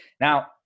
Now